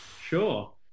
sure